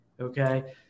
okay